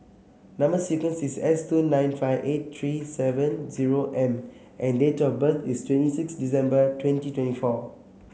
number sequence is S two nine five eight three seven zero M and date of birth is twenty six December twenty twenty four